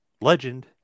Legend